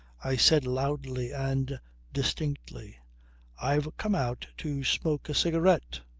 i said loudly and distinctly i've come out to smoke a cigarette,